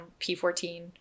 P14